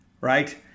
Right